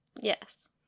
Yes